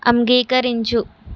అంగీకరించు